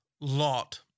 lot